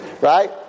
Right